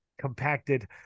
compacted